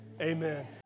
amen